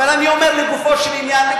אבל אני אומר לגופו של עניין,